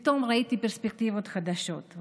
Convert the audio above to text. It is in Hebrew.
פתאום קיבלתי פרספקטיבות חדשות.